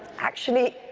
actually,